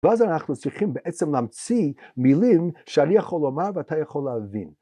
ואז אנחנו צריכים בעצם להמציא מילים שאני יכול לומר ואתה יכול להבין